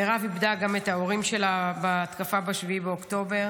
מירב איבדה גם את ההורים שלה בהתקפה ב-7 באוקטובר,